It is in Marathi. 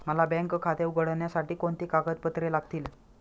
मला बँक खाते उघडण्यासाठी कोणती कागदपत्रे लागतील?